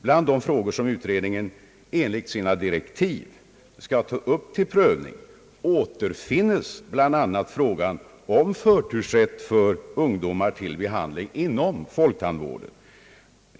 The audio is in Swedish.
Bland de frågor som utredningen enligt sina direktiv skall ta upp till prövning återfinnes även frågan om förtursrätt för ungdomar till behandling inom folktandvården.